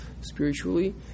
spiritually